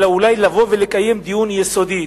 אולי לקיים דיון יסודי,